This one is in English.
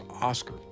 Oscar